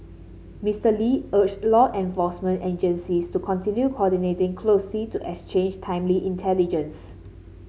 Mister Lee urged law enforcement agencies to continue coordinating closely to exchange timely intelligence